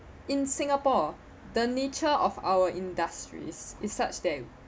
in singapore the nature of our industries is such that